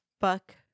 Fuck